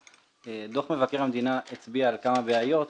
דוח מבקר המדינה הצביע על כמה בעיות,